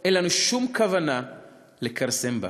אין לנו שום כוונה לכרסם בה.